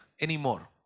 anymore